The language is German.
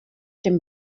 dem